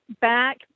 back